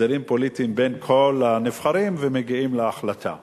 בין כל הנבחרים, ומגיעים להחלטה.